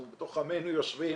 אנחנו בתוך עמנו יושבים.